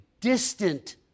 distant